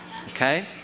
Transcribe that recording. Okay